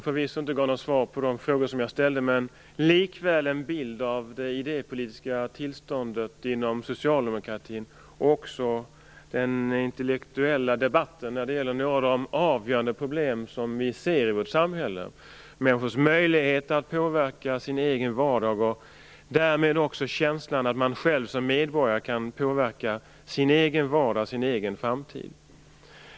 Förvisso gav det inte några svar på de frågor som jag ställt men likväl en bild av det idépolitiska tillståndet inom socialdemokratin och den intellektuella debatten vad gäller några av de avgörande problem som vi ser i vårt samhälle: människors möjlighet att påverka sin egen vardag och därmed deras känsla av att själv som medborgare kunna påverka sin egen vardag och sin egen framtid.